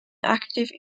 active